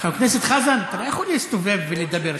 הכנסת חזן, אתה לא יכול להסתובב ולדבר.